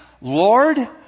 Lord